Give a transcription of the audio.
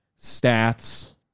stats